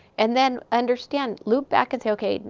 and then understand. loop back and say, ok,